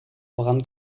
voran